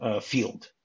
field